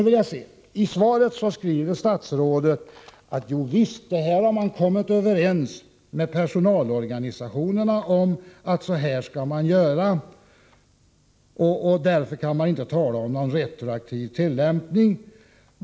I svaret skriver statsrådet att man har kommit överens med personalorganisationerna om att göra på detta sätt och att man därför inte kan tala om en retroaktiv tillämpning.